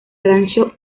rancho